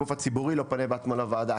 הגוף הציבורי לא פונה בעצמו לוועדה.